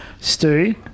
Stu